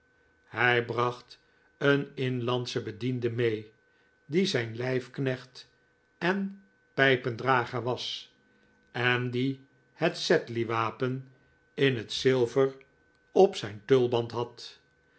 hij bracht een inlandschen bediende mee die zijn lijfknecht en pijpendrager was en die het sedley wapen in het zilver op zijn tulband had